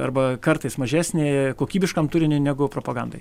arba kartais mažesnė kokybiškam turiniui negu propagandai